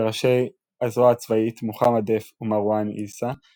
וראשי הזרוע הצבאית מוחמד דף ומרואן עיסא,